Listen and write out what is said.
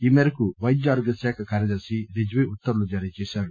ఈ మేరకు పైద్య ఆరోగ్యశాఖ కార్యదర్శి రిజ్వి ఉత్తర్వులు జారీ చేశారు